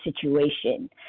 situation